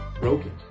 broken